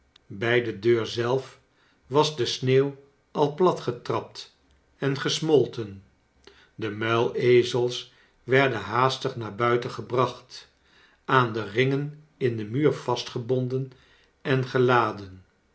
bij de deur zelf was de sneeuw al platgetrapt en gesmolten de muilezels werden haastig naar buiten gebracht aan de ringen in den muur vastgebonden en geladen